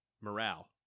Morale